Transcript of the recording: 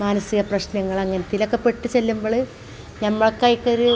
മാനസിക പ്രശ്നങ്ങൾ അങ്ങനത്തേതിലൊക്കെ പെട്ട് ചെല്ലുമ്പോൾ നമുക്ക് അതിലേക്കൊരു